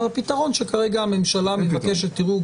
הפתרון שכרגע הממשלה מבקשת תראו,